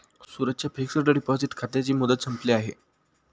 सूरजच्या fixed deposit खात्याची मुदत संपली आहे